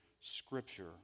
scripture